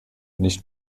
nicht